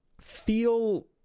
feel